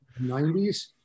90s